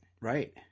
Right